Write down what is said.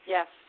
Yes